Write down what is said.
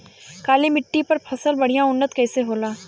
काली मिट्टी पर फसल बढ़िया उन्नत कैसे होला?